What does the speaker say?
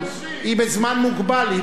אבל היא בזמן מוגבל.